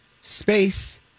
Space